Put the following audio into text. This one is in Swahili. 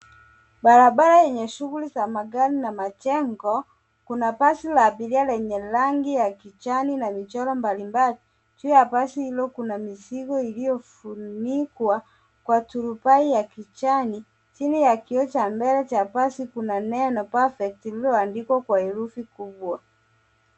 Barabara yenye shughuli za magari na majengo. Kuna basi la abiria lenye rangi ya kijani na michoro mbalimbali. Juu ya basi hilo kuna mizigo iliyofunikwa kwa turubai ya kijani. Chini ya kioo cha mbele cha basi kuna neno PERFECT lililoandikwa kwa herufi kubwa.